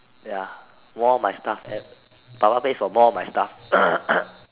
ya more of my stuff papa pays more of my stuff